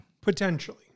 Potentially